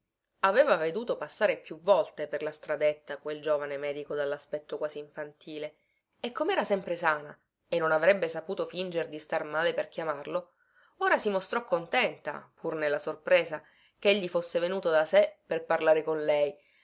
aveva veduto passare più volte per la stradetta quel giovane medico dallaspetto quasi infantile e comera sempre sana e non avrebbe saputo finger di star male per chiamarlo ora si mostrò contenta pur nella sorpresa che egli fosse venuto da sé per parlare con lei